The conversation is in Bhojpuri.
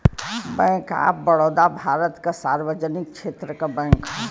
बैंक ऑफ बड़ौदा भारत क सार्वजनिक क्षेत्र क बैंक हौ